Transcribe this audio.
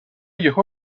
یهو